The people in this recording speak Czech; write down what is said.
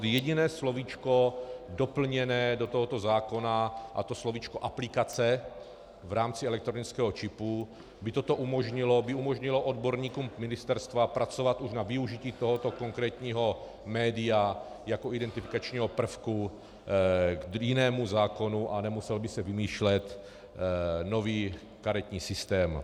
Jediné slovíčko doplněné do tohoto zákona, a to slovíčko aplikace v rámci elektronického čipu by toto umožnilo, umožnilo by odborníkům ministerstva pracovat už na využití tohoto konkrétního média jako identifikačního prvku k jinému zákonu a nemusel by se vymýšlet nový karetní systém.